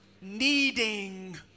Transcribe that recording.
needing